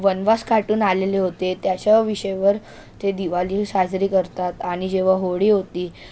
वनवास काटून आलेले होते त्याच्या विषयावर ते दिवाळी साजरी करतात आणि जेव्हा होळी होती